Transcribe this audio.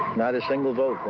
not a single